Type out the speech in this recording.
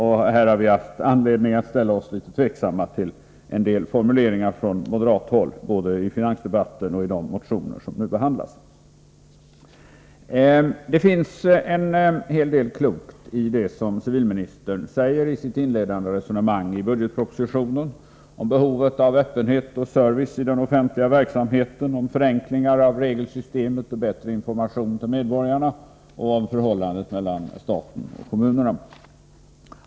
Här har vi haft anledning att ställa oss litet tveksamma till en del formuleringar från moderat håll både i finansdebatten och i de motioner som nu behandlas. Det finns en hel del klokt i det som civilministern säger i sitt inledningsresonemang i budgetpropositionen om behovet av öppenhet och service i den offentliga verksamheten, om förenklingar av regelsystemet och bättre information till medborgarna och om förhållandet mellan staten och kommunerna.